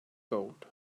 gold